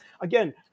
Again